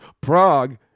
Prague